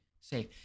safe